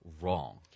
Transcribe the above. wrong